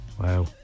Wow